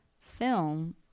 film